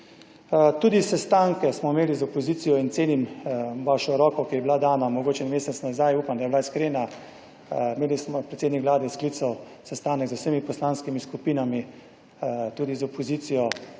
Tudi sestanke smo imeli z opozicijo in cenim vašo roko, ki je bila dana mogoče en mesec nazaj. Upam, da je bila iskrena. Imeli smo, predsednik Vlade sklical sestanek z vsemi poslanskimi skupinami, tudi z opozicijo,